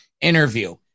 interview